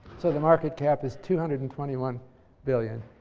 so, the market cap is two hundred and twenty one billion